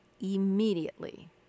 immediately